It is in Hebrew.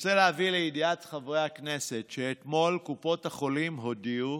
רוצה להביא לידיעת חברי הכנסת שאתמול קופות החולים הודיעו